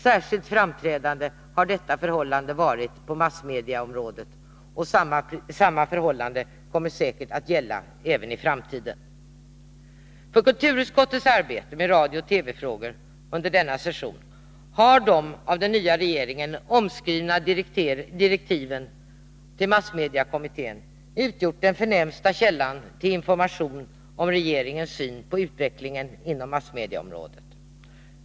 Särskilt framträdande har detta förhållande varit på massmedieområdet, och samma förhållande kommer säkert att gälla även i framtiden. För kulturutskottets arbete med radio och TV-frågor under denna session har de av den nya regeringen omskrivna direktiven till massmediekommittén utgjort den förnämsta källan till information om regeringens syn på utvecklingen inom massmedieområdet.